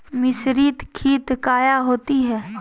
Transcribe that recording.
मिसरीत खित काया होती है?